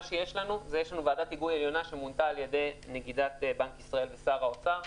יש לנו ועדת היגוי עליונה שמונתה על ידי נגידת בנק ישראל ושר האוצר,